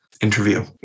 interview